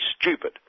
stupid